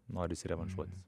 norisi revanšuotis